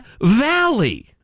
valley